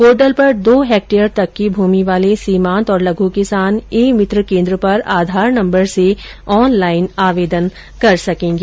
portal पर दो hectare तक की भुमि वाले सीमांत और लघु किसान ई मित्र केन्द्र पर आधार नंबर से ऑनलाइन आवेदन कर सकेंगे